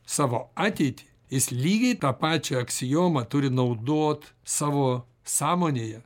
savo ateitį jis lygiai tą pačią aksiomą turi naudot savo sąmonėje